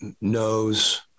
knows